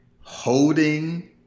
holding